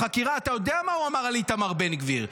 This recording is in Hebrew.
בחקירה אתה יודע מה הוא אמר על איתמר בן גביר,